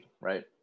right